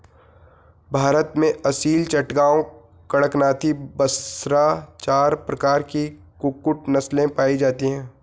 भारत में असील, चटगांव, कड़कनाथी, बसरा चार प्रकार की कुक्कुट नस्लें पाई जाती हैं